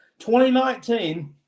2019